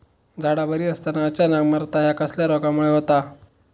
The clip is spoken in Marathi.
झाडा बरी असताना अचानक मरता हया कसल्या रोगामुळे होता?